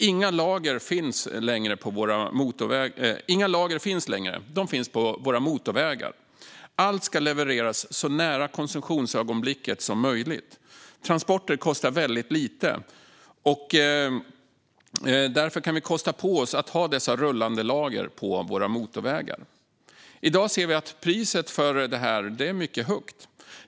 Inga lager finns längre, utom på våra motorvägar. Allt ska levereras så nära konsumtionsögonblicket som möjligt. Transporter kostar väldigt lite, och därför kan vi kosta på oss att ha dessa rullande lager på våra motorvägar. I dag ser vi att priset för detta är mycket högt.